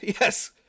Yes